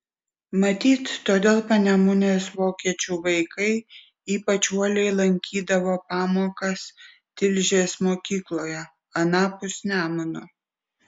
matyt todėl panemunės vokiečių vaikai ypač uoliai lankydavo pamokas tilžės mokykloje anapus nemuno